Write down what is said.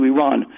Iran